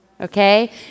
okay